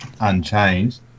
Unchanged